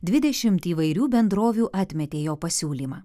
dvidešimt įvairių bendrovių atmetė jo pasiūlymą